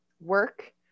work